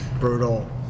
Brutal